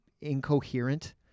incoherent